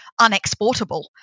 unexportable